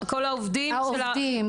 העובדים,